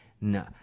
No